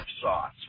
sauce